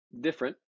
Different